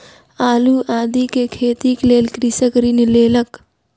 आलू आदि के खेतीक लेल कृषक ऋण लेलक